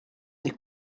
des